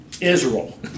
Israel